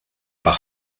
par